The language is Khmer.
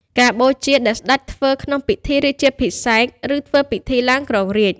ការបូជាដែលស្ដេចធ្វើក្នុងពិធីរាជាភិសេក ឫពិធីឡើងគ្រងរាជ្យ។